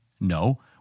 No